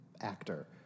actor